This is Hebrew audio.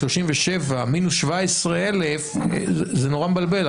ה-37,000 מינוס 17,000 זה נורא מבלבל.